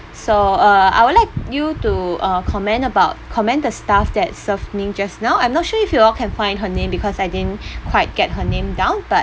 so uh I would like you to uh commend about commend the staff that served me just now I'm not sure if you all can find her name because I didn't quite get her name down but